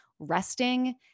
resting